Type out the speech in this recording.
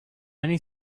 many